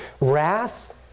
wrath